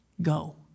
go